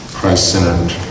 Christ-centered